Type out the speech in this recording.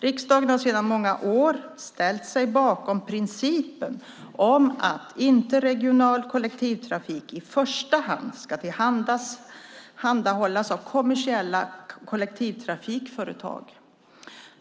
Riksdagen har sedan många år ställt sig bakom principen om att interregional kollektivtrafik i första hand ska tillhandahållas av kommersiella kollektivtrafikföretag.